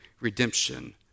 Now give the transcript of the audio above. redemption